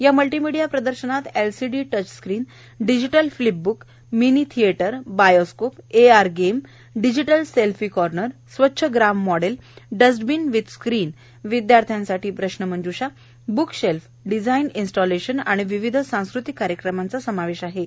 या मल्टीमीडिया प्रदर्शनात LCD touch screen digital flip book mini theatre bioscope AR game digital selfie corner स्वच्छ ग्राम model dustbin with screen विद्यार्थ्यांसाठी प्रश्न मंजूषा ब्क शेल्फ डिझायन इंस्टालेशन आणि विविध सांस्कृतिक कार्यक्रमांचा समावेश असेल